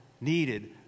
needed